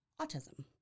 autism